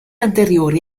anteriori